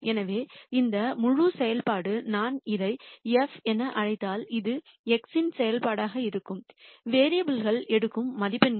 எனவே இந்த முழு செயல்பாடு நான் இதை f என அழைத்தால் இது x இன் செயல்பாடாக இருக்கும் வேரியபுல் கள் எடுக்கும் மதிப்புகள்